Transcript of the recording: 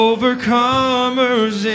Overcomers